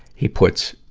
he puts,